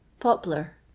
Poplar